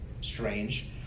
strange